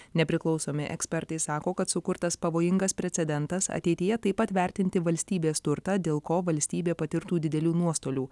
nepriklausomi ekspertai sako kad sukurtas pavojingas precedentas ateityje taip pat vertinti valstybės turtą dėl ko valstybė patirtų didelių nuostolių